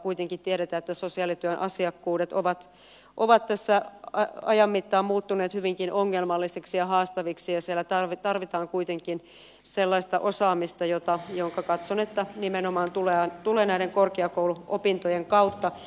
kuitenkin tiedetään että sosiaalityön asiakkuudet ovat tässä ajan mittaan muuttuneet hyvinkin ongelmallisiksi ja haastaviksi ja siellä tarvitaan kuitenkin sellaista osaamista jonka katson nimenomaan tulevan näiden korkeakouluopintojen kautta